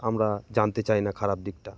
আমরা জানতে চাই না খারাপ দিকটা